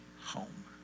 home